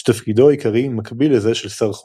שתפקידו העיקרי מקביל לזה של שר חוץ.